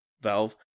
valve